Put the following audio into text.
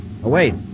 Wait